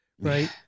right